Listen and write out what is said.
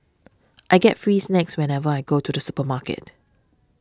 I get free snacks whenever I go to the supermarket